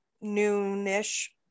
noon-ish